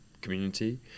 community